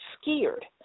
scared